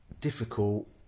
difficult